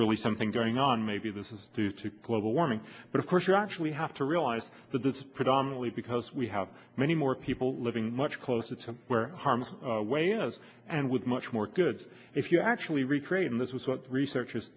really something going on maybe this is due to global warming but of course you actually have to realize that this is predominately because we have many more people living much closer to where harm's way as and with much more goods if you actually recreate in this was what research